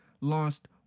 lost